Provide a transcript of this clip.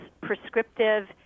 prescriptive